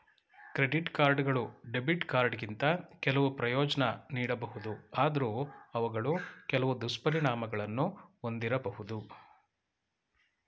credit ಕಾರ್ಡ್ಗಳು debit ಕಾರ್ಡ್ಗಿಂತ ಕೆಲವು ಪ್ರಯೋಜ್ನ ನೀಡಬಹುದು ಆದ್ರೂ ಅವುಗಳು ಕೆಲವು ದುಷ್ಪರಿಣಾಮಗಳನ್ನು ಒಂದಿರಬಹುದು